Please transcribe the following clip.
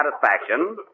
satisfaction